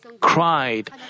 cried